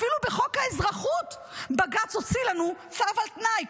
אפילו בחוק האזרחות בג"ץ הוציא לנו צו על תנאי,